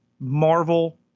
Marvel